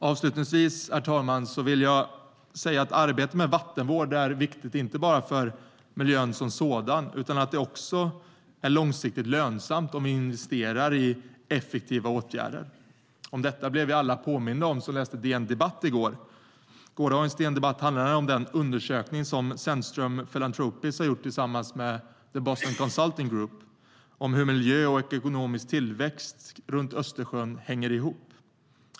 Avslutningsvis, herr talman, vill jag säga att arbetet med vattenvård är viktigt inte bara för miljön som sådan utan att det dessutom är långsiktigt lönsamt om vi investerar i effektiva åtgärder. Om detta blev alla påminda som läste gårdagens DN Debatt. Gårdagens DN Debatt handlade om den undersökning som Zennström Philanthropies har gjort tillsammans med The Boston Consulting Group om hur miljö och ekonomisk tillväxt runt Östersjön hänger ihop.